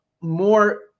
more